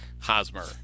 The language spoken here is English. Hosmer